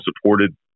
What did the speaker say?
supported